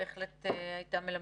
בהחלט הייתה מלמדת.